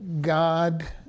God